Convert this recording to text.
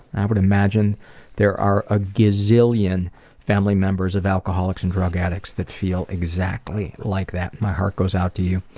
i would imagine there are a gazillion family members of alcoholics and drug addicts that feel exactly like that. my heart goes out to you,